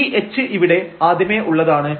ഈ h ഇവിടെ ആദ്യമേ ഉള്ളതാണ്